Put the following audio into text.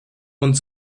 und